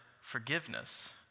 forgiveness